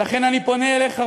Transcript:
ולכן אני פונה אליך,